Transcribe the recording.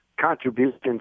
contributions